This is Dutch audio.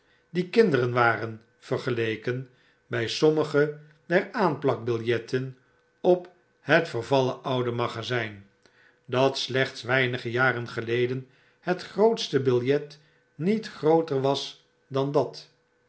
die kinderen waren vergeleken by sommige der aanplakbiljetten op hetvervallen oude magazijn w dat slechts weinige jaren geleden het grootste biljet niet grooter was dan dat